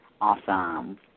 Awesome